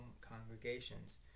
congregations